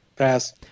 Pass